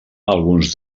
alguns